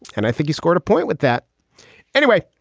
and i think he scored a point with that anyway.